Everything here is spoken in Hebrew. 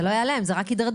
זה לא ייעלם, זה רק ידרדר.